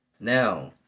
Now